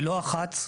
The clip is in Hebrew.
ולא אחת,